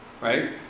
right